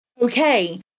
Okay